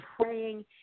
praying